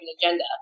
agenda